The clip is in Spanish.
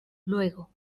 luego